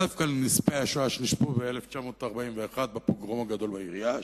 דווקא מנספי השואה שנספו ב-1941 בפוגרום הגדול בעיר יאש,